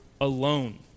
alone